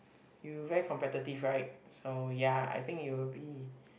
you very competitive right so ya I think it will be